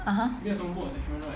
(uh huh)